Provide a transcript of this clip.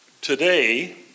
today